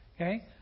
Okay